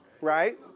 Right